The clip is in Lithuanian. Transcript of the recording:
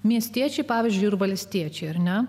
miestiečiai pavyzdžiui ir valstiečiai ar ne